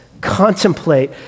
contemplate